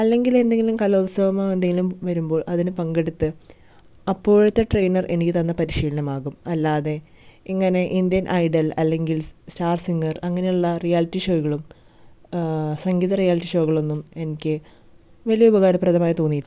അല്ലെങ്കിൽ എന്തെങ്കിലും കലോത്സവമോ എന്തെങ്കിലും വരുമ്പോൾ അതിന് പങ്കെടുത്ത് അപ്പോഴത്തെ ട്രെയിനർ എനിക്ക് തന്ന പരിശീലനമാകും അല്ലാതെ ഇങ്ങനെ ഇന്ത്യൻ ഐഡൽ അല്ലെങ്കിൽ സ്റ്റാർ സിംഗർ അങ്ങനെയുള്ള റിയാലിറ്റി ഷോകളും സംഗീത റിയാലിറ്റി ഷോകളൊന്നും എനിക്ക് വലിയ ഉപകാരപ്രദമായി തോന്നിയിട്ടില്ല